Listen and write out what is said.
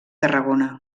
tarragona